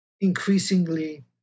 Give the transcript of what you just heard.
increasingly